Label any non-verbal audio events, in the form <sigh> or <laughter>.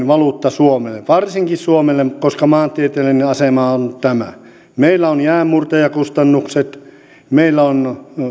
<unintelligible> valuutta suomelle varsinkin suomelle koska maantieteellinen asema on tämä meillä on jäänmurtajakustannukset meillä on